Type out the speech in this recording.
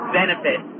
benefit